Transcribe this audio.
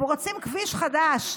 הם רוצים כביש חדש,